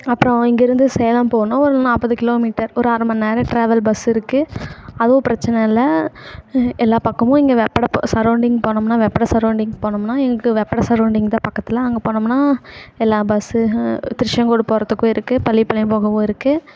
அப்புறம் இங்கிருந்து சேலம் போகணும் ஒரு நாற்பது கிலோமீட்டர் ஒரு அரை மணி நேரம் டிராவல் பஸ் இருக்குது அதுவும் பிரச்சினை இல்லை எல்லா பக்கமும் இங்கே வெப்படை இப்போ சரௌண்டிங் போனோம்ன்னா வெப்படை சரௌண்டிங் போனோம்ன்னா எங்கள் வெப்படை சரௌண்டிங் தான் பக்கத்தில் அங்கே போனோம்ன்னா எல்லா பஸ்ஸு திருச்செங்கோடு போகிறத்துக்கும் இருக்குது பள்ளிப்பாளையம் போகவும் இருக்குது